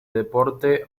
deporte